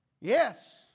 Yes